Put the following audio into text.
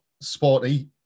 sporty